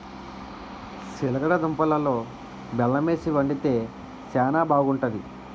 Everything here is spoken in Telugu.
సిలగడ దుంపలలో బెల్లమేసి వండితే శానా బాగుంటాది